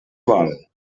vol